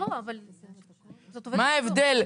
מה ההבדל?